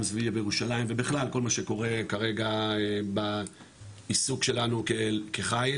גם סביב ירושלים ובכלל כל מה שקורה כרגע בעיסוק שלנו כחייל,